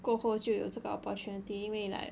过后就有这个 opportunity 因为 like